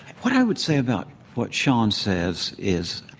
what i would say about what sean says is